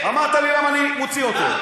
אמרת לי למה אני מוציא אותו.